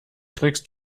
kriegst